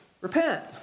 Repent